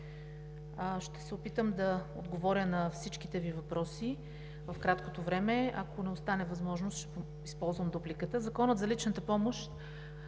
ще се опитам да отговоря на всичките Ви въпроси в краткото време – ако не остане възможност, ще използвам дупликата. Законът за личната помощ,